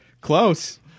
Close